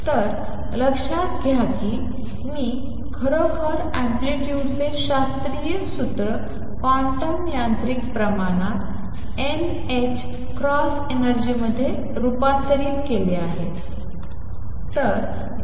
तर लक्षात घ्या मी खरोखर अँप्लितुडचे शास्त्रीय सूत्र क्वांटम यांत्रिक प्रमाणात n h क्रॉस एनर्जीमध्ये रूपांतरित केले आहे